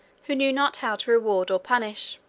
who knew not how to reward or punish.